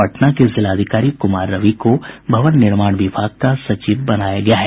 पटना के जिलाधिकारी कुमार रवि को भवन निर्माण विभाग का सचिव बनाया गया है